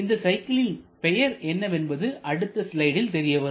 இந்த சைக்கிளின் பெயர் என்னவென்பது அடுத்த ஸ்லைடில் தெரியவரும்